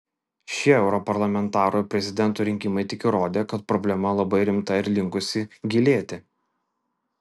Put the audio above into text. šie europarlamento ir prezidento rinkimai tik įrodė kad problema labai rimta ir linkusi gilėti